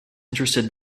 interested